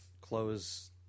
close